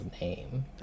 name